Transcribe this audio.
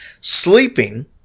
sleeping